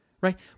right